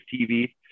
TV